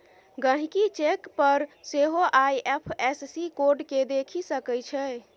गहिंकी चेक पर सेहो आइ.एफ.एस.सी कोड केँ देखि सकै छै